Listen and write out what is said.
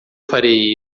farei